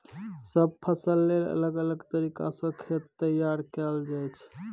सब फसल लेल अलग अलग तरीका सँ खेत तैयार कएल जाइ छै